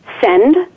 send